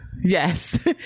Yes